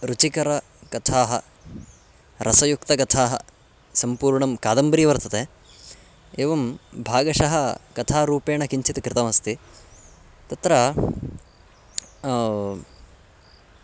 रुचिकरकथाः रसयुक्तकथाः सम्पूर्णं कादम्बरी वर्तते एवं भागशः कथारूपेण किञ्चित् कृतमस्ति तत्र